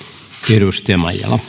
arvoisa herra puhemies